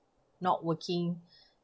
not working